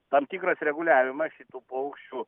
tam tikras reguliavimas šitų paukščių